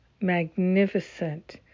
magnificent